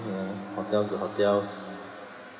uh hotels hotels